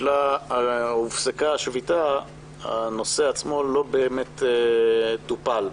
שהופסקה השביתה, הנושא עצמו לא באמת טופל.